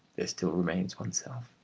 there still remains oneself.